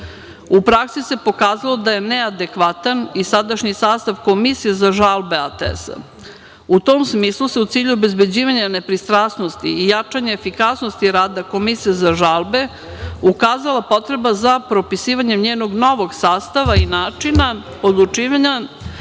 U praksi se pokazalo da je neadekvatan i sadašnji sastav Komisije za žalbe ATS. U tom smislu se u cilju obezbeđivanja nepristrasnosti i jačanje efikasnosti rada Komisije za žalbe ukazala potreba za propisivanjem njenog novog sastava i načina odlučivanja,